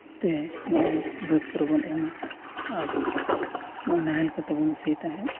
ᱛᱮ ᱱᱚᱜᱼᱚᱸᱭ ᱵᱟᱹᱫᱽ ᱠᱚᱨᱮ ᱵᱚᱱ ᱮᱢᱟ ᱟᱨ ᱱᱚᱜᱼᱚᱸᱭ ᱱᱟᱦᱮᱞ ᱠᱚᱛᱮ ᱵᱚᱱ ᱥᱤ ᱛᱟᱦᱮᱸᱫ